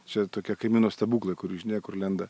čia tokia kamino stebuklai kur iš niekur lenda